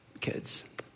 kids